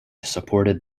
supported